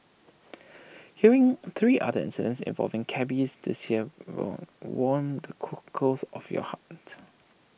hearing three other involving cabbies this year warm the cockles of your heart